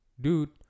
dude